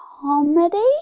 Comedy